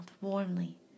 warmly